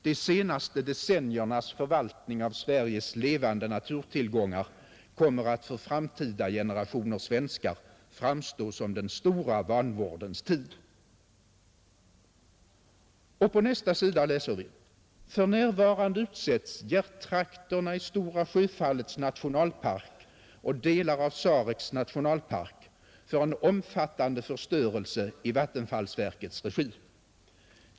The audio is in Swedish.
De senaste decenniernas förvaltning av Sveriges levande naturtillgångar kommer att för framtida generationer svenskar framstå som den stora vanvårdens tid.” På nästa sida läser vi: ”För närvarande utsätts hjärttrakterna i Stora Sjöfallets nationalpark och delar av Sareks nationalpark för en omfattande förstörelse i Vattenfallsverkets regi.